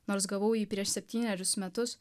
nors gavau jį prieš septynerius metus